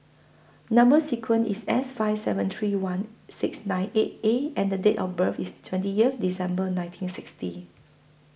Number sequence IS S five seven three one six nine eight A and Date of birth IS twenty Year December one thousand nine hundred and sixty